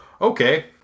okay